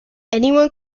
anyone